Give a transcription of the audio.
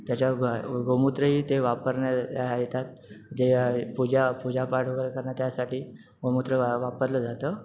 त्याच्या गोमूद्रही ते वापरण्यात येतात जे पूजा पूजापाठ वगैरे करन्या त्यासाठी गोमूद्र वापरलं जातं